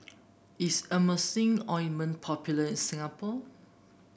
is Emulsying Ointment popular in Singapore